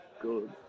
good